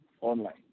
online